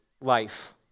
life